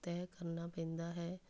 ਤਹਿ ਕਰਨਾ ਪੈਂਦਾ ਹੈ